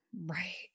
right